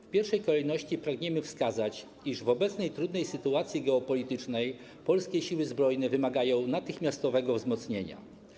W pierwszej kolejności pragniemy wskazać, że w obecnej trudnej sytuacji geopolitycznej polskie siły zbrojne wymagają natychmiastowego wzmocnienia.